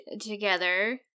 together